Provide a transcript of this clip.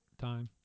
time